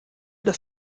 dass